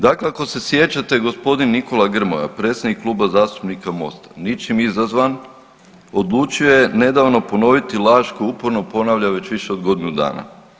Dakle, ako se sjećate g. Nikola Grmoja predsjednik Kluba zastupnika Mosta ničim izazvan odlučio je nedavno ponoviti laž koju uporno ponavlja već više od godinu dana.